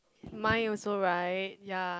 mine also right ya